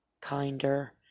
kinder